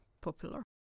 popular